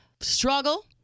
struggle